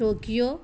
Tokyo